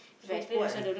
so kuat ah